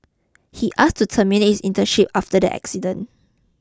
he asked to terminate his internship after the accident